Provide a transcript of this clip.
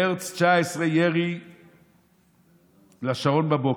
חמאס, מרץ 2019, ירי לשרון בבוקר.